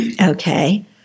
Okay